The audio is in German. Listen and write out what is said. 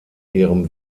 ihrem